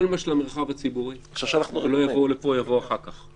כל מה שבמרחב הציבורי לא יבוא לפה, יבוא אחר כך,